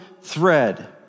thread